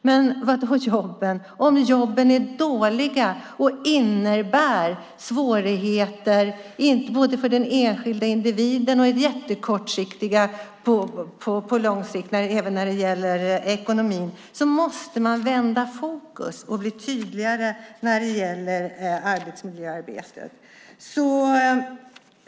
Men om jobben är dåliga och innebär svårigheter både för den enskilda individen i det kortsiktiga och även på lång sikt när det gäller ekonomin måste man vända fokus och bli tydligare när det gäller arbetsmiljöarbetet.